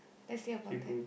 let's see about that